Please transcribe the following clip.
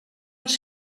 els